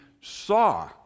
saw